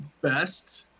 best